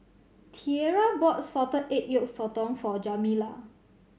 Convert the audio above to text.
Tierra bought salted egg yolk sotong for Jamila